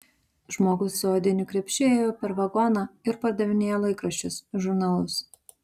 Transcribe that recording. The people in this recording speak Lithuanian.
žmogus su odiniu krepšiu ėjo per vagoną ir pardavinėjo laikraščius žurnalus